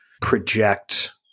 project